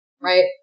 right